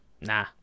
Nah